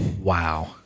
Wow